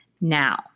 Now